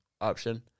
option